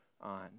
on